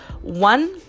one